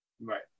Right